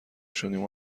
شدیم